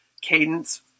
cadence